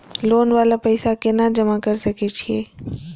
Loan वाला पैसा केना जमा कर सके छीये?